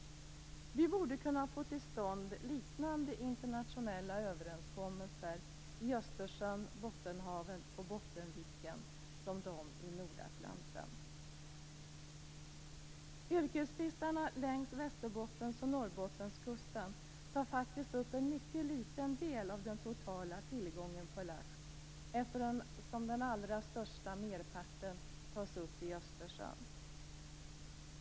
Vi borde kunna få till stånd liknande internationella överenskommelser om Östersjön, Bottenhavet och Bottenviken som de som gäller Nordatlanten. Yrkesfiskarna längs Västerbottens och Norrbottenskusten tar faktiskt upp en mycket liten del av den totala tillgången på lax, eftersom merparten tas upp i Östersjön.